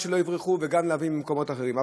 לא יברחו וגם יבואו חברות ממקומות אחרים.